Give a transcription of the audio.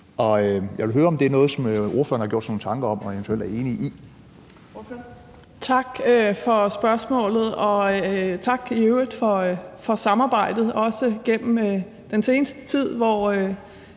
Jeg vil høre, om det er noget, som ordføreren har gjort sig nogle tanker om og eventuelt